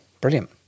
brilliant